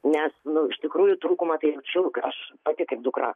nes nu iš tikrųjų trūkumą jai jaučiu aš pati kaip dukra